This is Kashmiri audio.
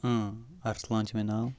اَرسلان چھِ مےٚ ناو